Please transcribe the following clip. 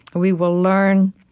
we will learn